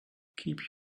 keep